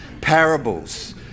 parables